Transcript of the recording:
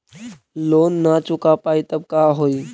Loan न चुका पाई तब का होई?